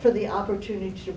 for the opportunity to